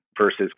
versus